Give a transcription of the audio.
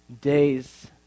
days